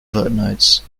footnotes